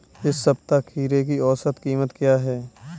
इस सप्ताह खीरे की औसत कीमत क्या है?